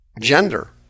gender